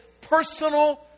personal